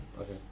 Okay